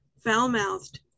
foul-mouthed